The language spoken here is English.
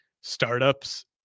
startups